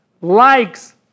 likes